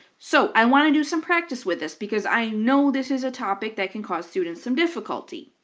so i want to do some practice with this because i know this is a topic that can cause students some difficulty.